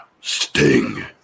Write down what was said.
Sting